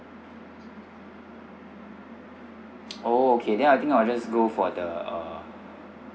oh okay then I think I'll just go for the uh